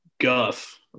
guff